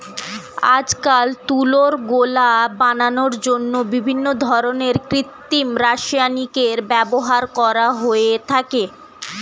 আজকাল তুলোর গোলা বানানোর জন্য বিভিন্ন ধরনের কৃত্রিম রাসায়নিকের ব্যবহার করা হয়ে থাকে